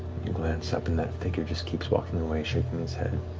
you glance up and that figure just keeps walking away, shaking his head.